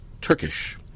Turkish